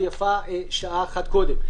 ויפה שעה אחת קודם.